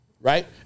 Right